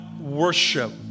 worship